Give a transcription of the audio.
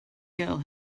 girl